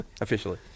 Officially